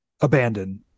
abandon